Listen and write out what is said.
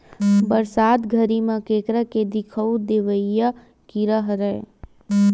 बरसात घरी म केंकरा ह दिखउल देवइया कीरा हरय